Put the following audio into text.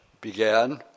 began